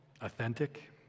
authentic